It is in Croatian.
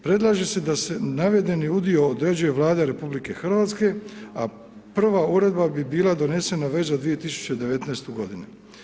Predlaže se da se, navedeni udio određuje Vlada RH a prva uredba bi bila donesena već za 2019. godinu.